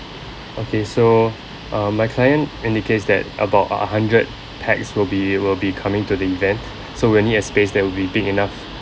okay so uh my client indicates that about a a hundred pax will be will be coming to the event so we'll need a space that will be big enough